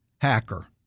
hacker